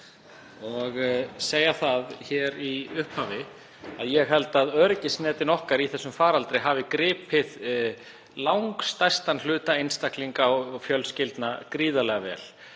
vil segja það hér í upphafi að ég held að öryggisnetin okkar í þessum faraldri hafi gripið langstærstan hluta einstaklinga og fjölskyldna gríðarlega vel.